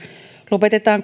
lopetetaan